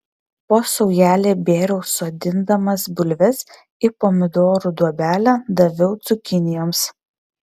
po saujelę bėriau sodindamas bulves į pomidorų duobelę daviau cukinijoms